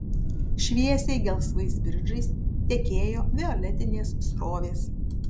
šviesiai gelsvais bridžais tekėjo violetinės srovės